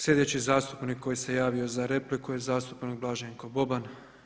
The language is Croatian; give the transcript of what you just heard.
Sljedeći zastupnik koji se javio za repliku je zastupnik Blaženko Boban.